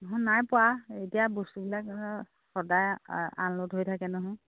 নহয় নাই পোৱা এতিয়া বস্তুবিলাক সদায় আনলোদ হৈ থাকে নহয়